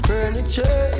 Furniture